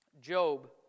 Job